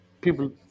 People